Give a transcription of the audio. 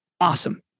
Awesome